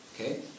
Okay